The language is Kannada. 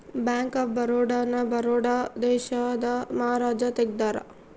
ಬ್ಯಾಂಕ್ ಆಫ್ ಬರೋಡ ನ ಬರೋಡ ದೇಶದ ಮಹಾರಾಜ ತೆಗ್ದಾರ